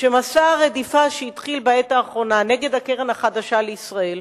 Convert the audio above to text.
שמסע הרדיפה שהתחיל בעת האחרונה נגד הקרן החדשה לישראל,